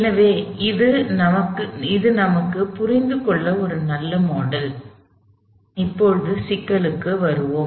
எனவே இது நமக்குப் புரிந்து கொள்ள ஒரு நல்ல மாடல் எனவே இப்போது சிக்கலுக்குத் திரும்புவோம்